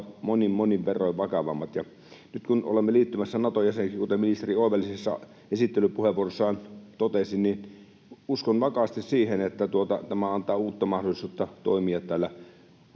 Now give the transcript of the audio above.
monin verroin vakavammat. Nyt kun olemme liittymässä Nato-jäseniksi, kuten ministeri oivallisessa esittelypuheenvuorossaan totesi, niin uskon vakaasti siihen, että tämä antaa uutta mahdollisuutta toimia